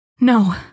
No